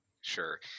Sure